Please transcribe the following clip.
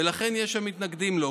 ולכן יש המתנגדים לו,